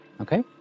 Okay